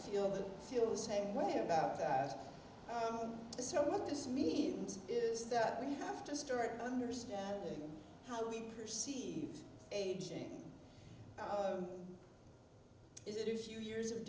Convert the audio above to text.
feeling feel the same way about that so what this means is that we have to start understanding how we perceive aging is it a few years of